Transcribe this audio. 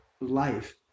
life